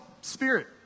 Spirit